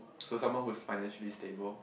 so someone who is financially stable